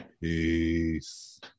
peace